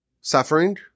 suffering